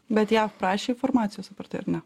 bet jav prašė informacijos apar tai ar ne